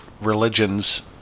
religions